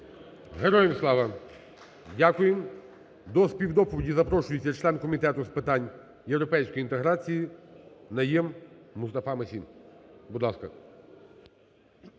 Героям Слава! Дякуємо. До співдоповіді запрошується член Комітету з питань європейської інтеграції Найєм Мустафа-Масі. Будь ласка.